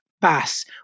Bass